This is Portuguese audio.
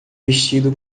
vestido